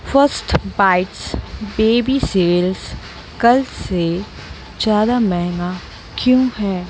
first bites baby cereals कल से ज़्यादा महंगा क्यों है